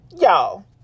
Y'all